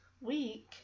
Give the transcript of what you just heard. week